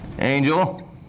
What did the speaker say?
Angel